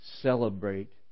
celebrate